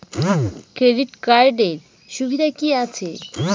Credit কার্ডের সুবিধা কি আছে?